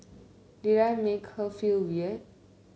did I make her feel weird